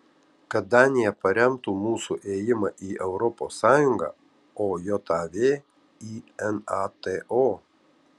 kad danija paremtų mūsų ėjimą į europos sąjungą o jav į nato